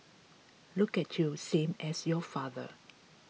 look at you same as your father